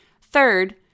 Third